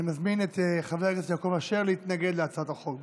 אני מזמין את חבר הכנסת יעקב אשר להתנגד להצעת החוק,